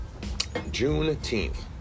Juneteenth